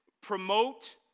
promote